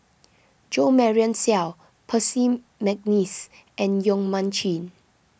Jo Marion Seow Percy McNeice and Yong Mun Chee